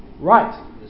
right